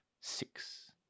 six